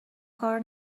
کار